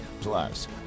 Plus